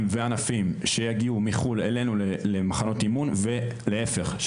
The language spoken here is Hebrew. וענפים שיגיעו מחו"ל אלינו למחנות אימון ולהיפך,